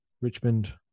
Richmond